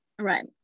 Right